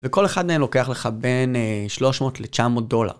וכל אחד מהם לוקח לך בין 300 ל-900 דולר.